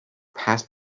have